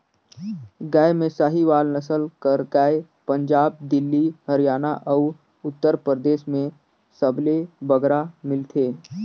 गाय में साहीवाल नसल कर गाय पंजाब, दिल्ली, हरयाना अउ उत्तर परदेस में सबले बगरा मिलथे